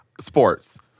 sports